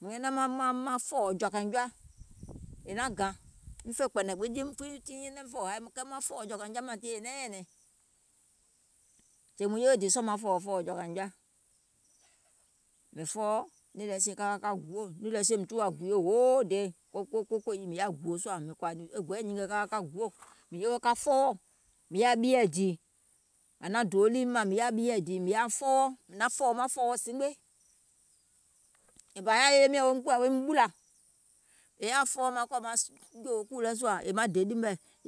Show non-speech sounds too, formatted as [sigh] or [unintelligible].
Mìŋ nyɛnɛŋ maŋ fɔ̀ɔ̀wɔ̀ jɔ̀ȧkȧiŋ jɔa, mȧŋ naŋ gȧŋ, miŋ fè kpɛ̀nɛ̀ŋ gbiŋ, [hesitation] maŋ fɔ̀ɔ̀wɔ̀ jɔ̀ȧkȧiŋ jɔa mȧŋ tiŋ è naŋ miŋ nyɛ̀nɛ̀ŋ, sèè mùŋ yewe dìì sɔɔ̀ maŋ fɔ̀ɔ̀wɔ̀ fɔ̀ɔ̀wɔ̀ jɔ̀ȧkȧiŋ jɔa, mìŋ fɔɔwɔ̀, nìì lɛ sie mìŋ tuwȧ guuye hoo day ko kòyiì, e gɔɛɛ̀ nyinge ka ka guò, mìŋ yeweo ka fɔɔwɔ̀, mìŋ yaȧ ɓieɛ̀ dìì aŋ naŋ dòò ɗìim mȧŋ mìŋ yaȧ fɔɔwɔ, mìŋ naŋ fɔ̀ɔ̀wɔ̀ maŋ fɔ̀ɔ̀wɔ zimgbe, e bȧ yaȧa yèye miɔ̀ŋ woim kùwȧ woim ɓùlȧ, è yaȧ fɔɔwɔ maŋ kɔ̀ maŋ jòwò kùù lɛ sùȧ yèè maŋ dè ɗì mɛ̀, [unintelligible]